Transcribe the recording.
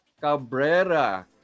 Cabrera